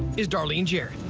is darlene jarret.